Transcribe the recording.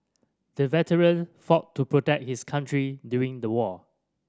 the veteran fought to protect his country during the war